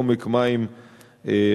בעומק מים רדוד,